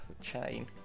chain